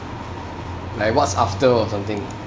like what's after or something